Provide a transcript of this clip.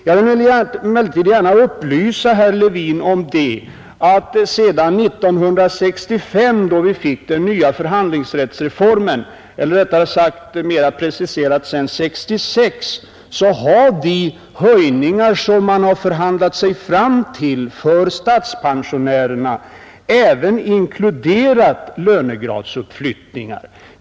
Jag vill emellertid gärna upplysa herr Levin om att redan 1965, då vi genomförde förhandlingsrättsreformen — eller mera preciserat sedan 1966 — har de höjningar som man förhandlat sig fram till för statspensionärerna även inkluderat lönegradsuppflyttningar.